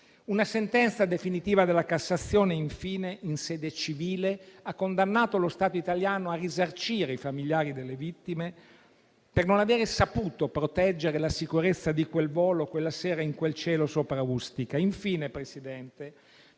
Una sentenza definitiva della Cassazione, infine, in sede civile, ha condannato lo Stato italiano a risarcire i familiari delle vittime per non aver saputo proteggere la sicurezza di quel volo, quella sera, in quel cielo sopra Ustica. Infine, signor Presidente,